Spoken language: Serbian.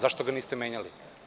Zašto ga niste menjali?